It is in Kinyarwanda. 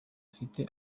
afite